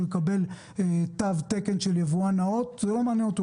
לקבל תו תקן של יבואן נאות ולא מעניין אותו,